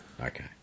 Okay